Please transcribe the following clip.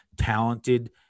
talented